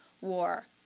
war